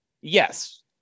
yes